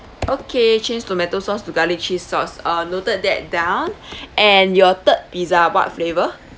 okay change tomato sauce to garlic cheese sauce uh noted that down and your third pizza what flavour